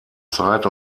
zeit